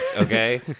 okay